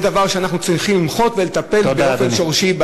זה עניין שאנחנו צריכים למחות עליו ולטפל בו באופן שורשי.